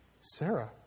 Sarah